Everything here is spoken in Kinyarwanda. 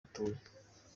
atuye